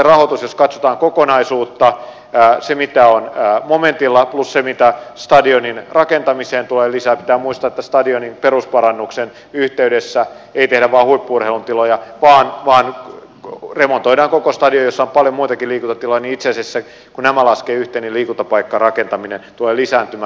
jos katsotaan kokonaisuutta mitä on momentilla plus se mitä stadionin rakentamiseen tulee lisää pitää muistaa että stadionin perusparannuksen yhteydessä ei tehdä vain huippu urheilun tiloja vaan remontoidaan koko stadion missä on paljon muitakin liikuntatiloja niin itse asiassa kun nämä laskee yhteen liikuntapaikkarakentaminen tulee lisääntymään